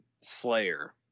slayer